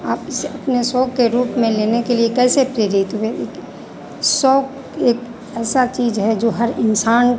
आप इसे अपने सौक़ के रूप में लेने के लिए कैसे प्रेरित हुए शौक़ एक ऐसा चीज़ है जो हर इन्सान